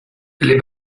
les